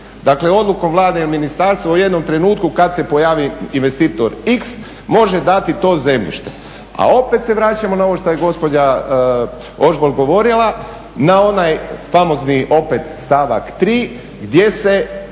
Dakle, odlukom Vlade ili ministarstva u jednom trenutku kada se pojavi investitor x može dati to zemljište. A opet se vraćamo na ovo što je gospođa Ožbolt govorila, na onaj famozni opet stavak 3. gdje se